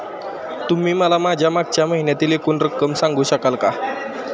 तुम्ही मला माझ्या मागच्या महिन्यातील एकूण रक्कम सांगू शकाल का?